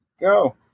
Go